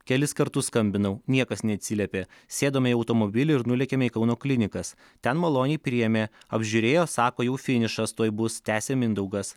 kelis kartus skambinau niekas neatsiliepė sėdome į automobilį ir nulėkėme į kauno klinikas ten maloniai priėmė apžiūrėjo sako jau finišas tuoj bus tęsė mindaugas